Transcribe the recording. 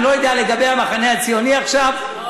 אני לא יודע לגבי המחנה הציוני עכשיו,